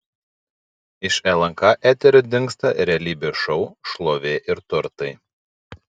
iš lnk eterio dingsta realybės šou šlovė ir turtai